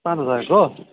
पाँच हजारको